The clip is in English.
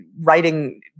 writing